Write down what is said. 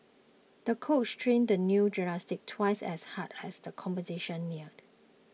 the coach trained the young gymnast twice as hard as the competition neared